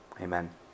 Amen